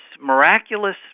miraculous